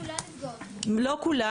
לא כולן --- לא כולן --- לא כולן,